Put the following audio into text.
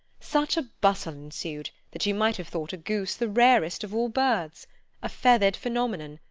such a bustle ensued that you might have thought a goose the rarest of all birds a feathered phenomenon,